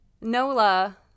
NOLA